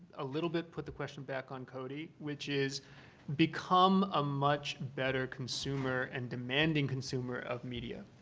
a little bit, put the question back on cody, which is become a much better consumer and demanding consumer of media,